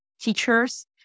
teachers